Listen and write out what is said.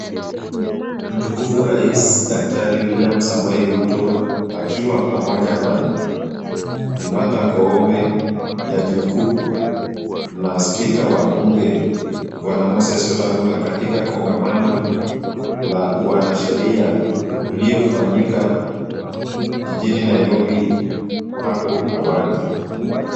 Mtukufu Rais Daktari William Samoei Ruto, akiwa pamoja na bi. Martha Koome, jaji mkuu na spika wa bunge, bwana Moses Wetangula katika kongamano la wanasheria uliofanyika jijini Nairobi hapo awali.